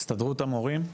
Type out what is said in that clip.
הסתדרות המורים?